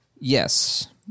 Yes